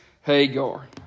hagar